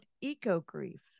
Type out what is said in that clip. eco-grief